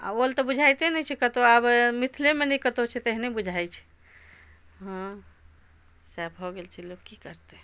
आ ओल तऽ बुझाइते नहि छै कतौ आब मिथले मे नहि कतौ छै तेहने बुझाइ छै हँ सएह भऽ गेल छै लोक की करतै